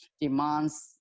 demands